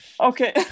Okay